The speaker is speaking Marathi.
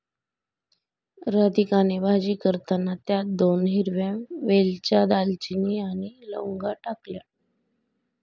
राधिकाने भाजी करताना त्यात दोन हिरव्या वेलच्या, दालचिनी आणि लवंगा टाकल्या